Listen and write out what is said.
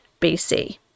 BC